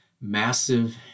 massive